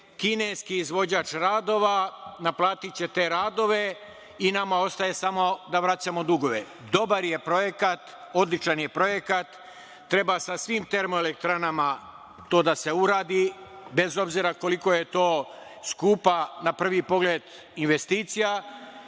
kineski izvođač radova naplatiće te radove i nama ostaje samo da vraćamo dugove. Dobar je projekat. Odličan je projekat. Treba sa svim termoelektranama to da se uradi bez obzira koliko je to skupa na prvi pogled investicija